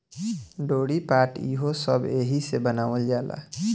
डोरी, पाट ई हो सब एहिसे बनावल जाला